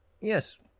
yes